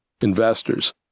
investors